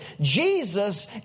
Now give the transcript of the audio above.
Jesus